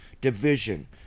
division